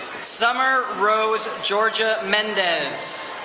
summer rose georgia mendez.